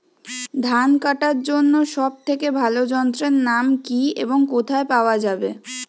ধান কাটার জন্য সব থেকে ভালো যন্ত্রের নাম কি এবং কোথায় পাওয়া যাবে?